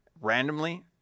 randomly